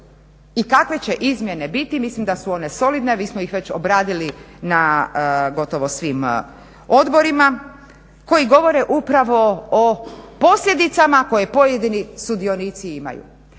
i kakve će izmjene biti, mislim da su one solidne a mi smo ih već obradili na gotovo svim odborima koji govore upravo o posljedicama koje pojedini sudionici imaju.